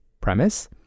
premise